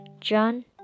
John